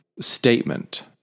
statement